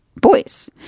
Boys